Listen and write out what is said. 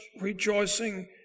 rejoicing